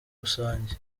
rusange